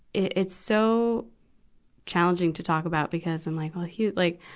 it, it's so challenging to talk about because i'm like, well, he like,